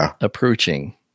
approaching